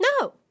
No